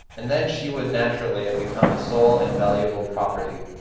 and then she would naturally have become his sole and valuable property.